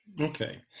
Okay